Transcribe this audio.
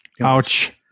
Ouch